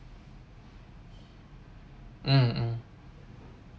mm mm